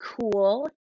cool